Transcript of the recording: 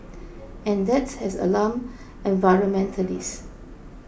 and that has alarmed environmentalists